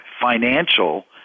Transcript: financial